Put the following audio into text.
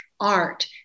art